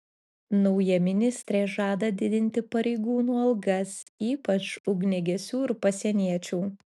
nauja ministrė žada didinti pareigūnų algas ypač ugniagesių ir pasieniečių